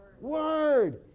Word